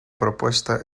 propuesta